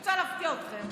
אני רוצה להפתיע אתכם.